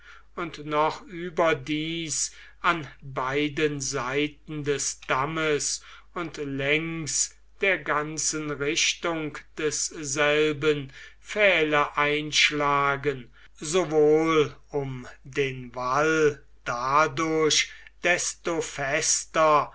und noch überdies an beiden seiten des dammes und längs der ganzen richtung desselben pfähle einschlagen sowohl um den wall dadurch desto fester